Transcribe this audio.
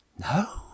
No